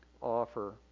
offer